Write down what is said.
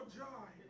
joy